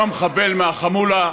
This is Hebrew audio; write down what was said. הרחקת אם המחבל מהחמולה,